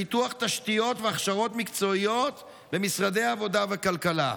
בפיתוח תשתיות והכשרות מקצועיות במשרדי העבודה והכלכלה.